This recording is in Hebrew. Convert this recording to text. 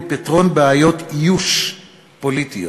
לפתרון בעיות איוש פוליטיות.